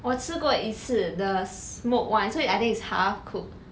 我吃过一次 the smoked one 所以 I think is half cooked